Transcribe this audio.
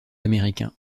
américain